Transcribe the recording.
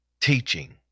teaching